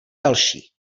další